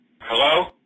Hello